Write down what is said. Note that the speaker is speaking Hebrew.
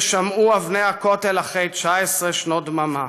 ששמעו אבני הכותל אחרי 19 שנות דממה.